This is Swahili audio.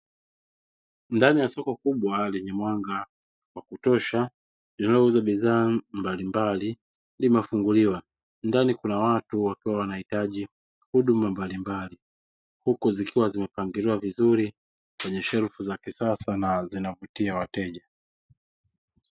Ndani ya soko kubwa lenye mwanga wa kutosha linalouza bidhaa mbalimbali limefunguliwa, ndani kuna watu wakiwa wanahitaji huduma mbalimbali huku zikiwa zimepangiliwa vizuri kwenye shelfu za kisasa na zinavutia wateja.